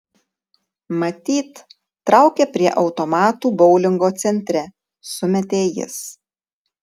matyt traukia prie automatų boulingo centre sumetė jis